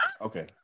Okay